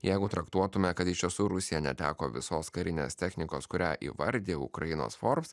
jeigu traktuotume kad iš tiesų rusija neteko visos karinės technikos kurią įvardija ukrainos forbs